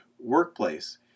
workplace